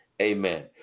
amen